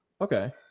Okay